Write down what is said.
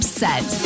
set